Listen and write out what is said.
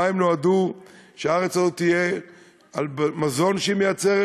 המים נועדו שהארץ הזאת תחיה על מזון שהיא מייצרת